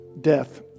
death